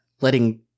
letting